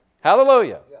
Hallelujah